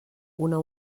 una